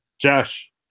Josh